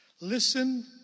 Listen